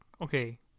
okay